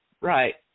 Right